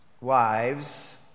wives